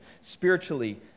spiritually